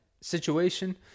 situation